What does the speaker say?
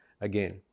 again